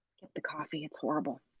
the coffee, it's horrible.